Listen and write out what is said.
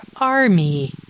army